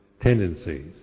tendencies